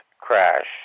crash